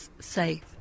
safe